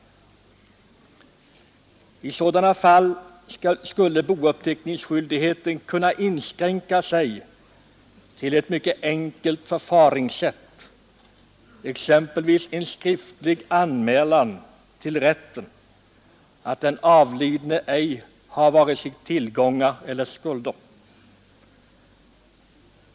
I sådana fall skulle bouppteckningsskyldigheten kunna inskränka sig till ett mycket enkelt förfaringssätt, exempelvis en skriftlig anmälan till rätten att den avlidne ej har vare sig tillgångar eller skulder.